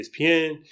ESPN